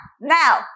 now